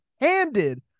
handed